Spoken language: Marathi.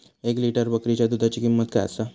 एक लिटर बकरीच्या दुधाची किंमत काय आसा?